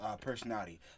personality